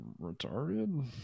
retarded